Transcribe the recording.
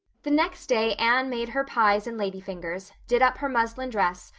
the next day anne made her pies and lady fingers, did up her muslin dress,